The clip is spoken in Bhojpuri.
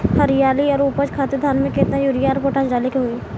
हरियाली और उपज खातिर धान में केतना यूरिया और पोटाश डाले के होई?